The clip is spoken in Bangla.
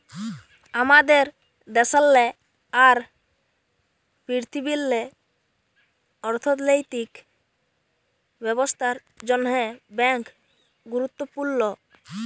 আমাদের দ্যাশেল্লে আর পীরথিবীল্লে অথ্থলৈতিক ব্যবস্থার জ্যনহে ব্যাংক গুরুত্তপুর্ল